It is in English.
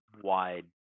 wide